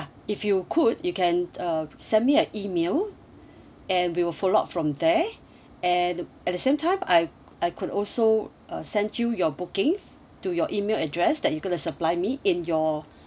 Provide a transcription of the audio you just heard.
if you could you can uh send me an email and we will follow up from there and at the same time I I could also uh sent you your booking to your email address that you gonna supply me in your